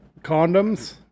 condoms